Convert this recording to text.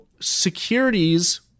securities